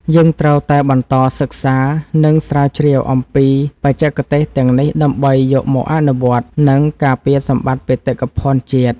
យើងត្រូវតែបន្តសិក្សា និង ស្រាវជ្រាវអំពីបច្ចេកទេសទាំងនេះដើម្បីយកមកអនុវត្ត និង ការពារសម្បត្តិបេតិកភណ្ឌជាតិ។